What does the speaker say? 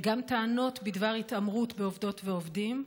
וגם טענות בדבר התעמרות בעובדות ובעובדים,